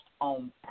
on